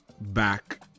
back